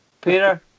Peter